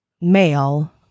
male